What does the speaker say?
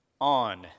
on